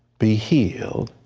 be healed.